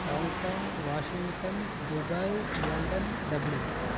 Hong Kong Washington Dubai London dublin